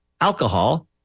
alcohol